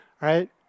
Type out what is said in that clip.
right